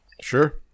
Sure